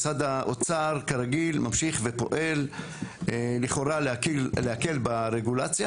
משרד האוצר כרגיל ממשיך ופועל לכאורה להקל ברגולציה